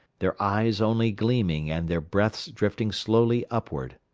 their eyes only gleaming and their breaths drifting slowly upward.